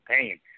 pain